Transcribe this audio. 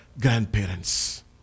grandparents